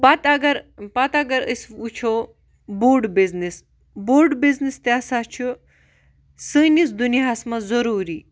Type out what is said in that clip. پَتہٕ اگر پَتہٕ اگر أسۍ وٕچھو بوٚڑ بِزنٮ۪س بوٚڑ بِزنٮ۪س تہِ ہَسا چھُ سٲنِس دُنیاہَس مَنٛز ضروٗری